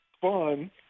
fun